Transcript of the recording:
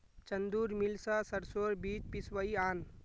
चंदूर mill स सरसोर बीज पिसवइ आन